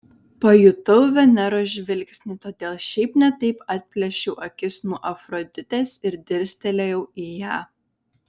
pajutau veneros žvilgsnį todėl šiaip ne taip atplėšiau akis nuo afroditės ir dirstelėjau į ją